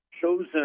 chosen